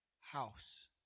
house